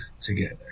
together